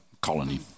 colony